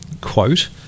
quote